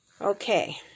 Okay